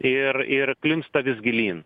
ir ir klimpsta vis gilyn